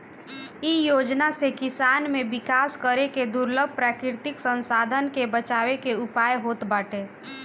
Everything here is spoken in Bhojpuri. इ योजना से कृषि में विकास करके दुर्लभ प्राकृतिक संसाधन के बचावे के उयाय होत बाटे